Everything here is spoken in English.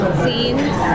scenes